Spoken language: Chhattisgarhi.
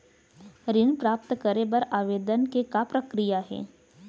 ऋण प्राप्त करे बर आवेदन के का प्रक्रिया हे?